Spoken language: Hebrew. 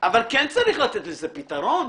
אבל כן צריך לתת לזה פתרון.